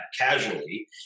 casually